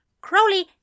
Crowley